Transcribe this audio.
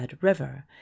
river